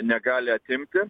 negali atimti